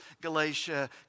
Galatia